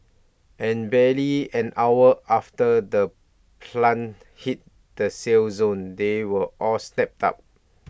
and barely an hour after the plants hit the sale zone they were all snapped up